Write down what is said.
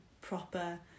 proper